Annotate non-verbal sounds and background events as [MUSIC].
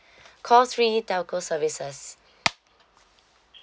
[BREATH] call three telco services